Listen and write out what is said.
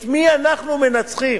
את מי אנחנו מנצחים?